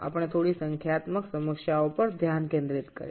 আসুন কয়েকটি গাণিতিক সমস্যার উপর মনোনিবেশ করি